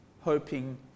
hoping